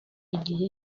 igihe